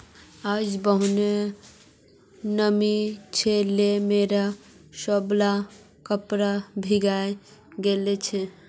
आइज बहुते नमी छै जे मोर सबला कपड़ा भींगे गेल छ